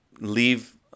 leave